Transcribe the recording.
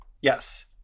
Yes